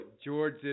George